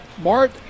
Mark